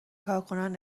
کارکنان